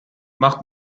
macht